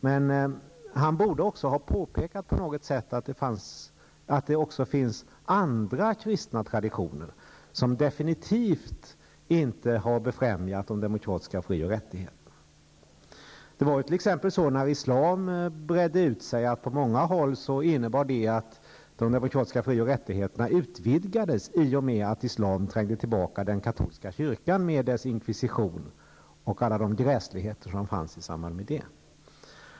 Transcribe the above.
Men han borde också på något sätt ha påpekat att det även finns andra kristna traditioner, som definitivt inte har befrämjat de demokratiska frioch rättigheterna. När t.ex. islam bredde ut sig innebar det på många håll att de demokratiska fri och rättigheterna utvidgades, i och med att islam trängde tillbaka den katolska kyrkan med dess inkvisition och alla de gräsligheter som fanns i samband med denna.